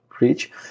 reach